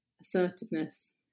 assertiveness